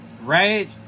right